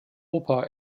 oper